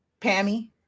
Pammy